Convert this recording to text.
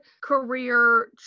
career